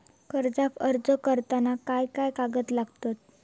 कर्जाक अर्ज करताना काय काय कागद लागतत?